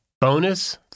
bonus